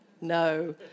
no